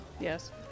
Yes